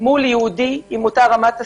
מול יהודי עם אותה רמת השכלה,